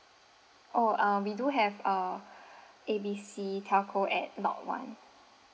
oh uh we do have uh A B C telco at lot one